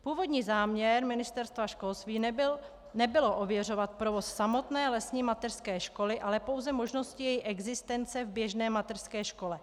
Původní záměr Ministerstva školství nebyl ověřovat provoz samotné lesní mateřské školy, ale pouze možnosti její existence v běžné mateřské škole.